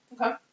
Okay